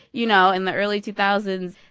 you know, in the early two thousand